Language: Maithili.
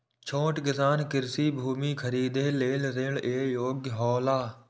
छोट किसान कृषि भूमि खरीदे लेल ऋण के योग्य हौला?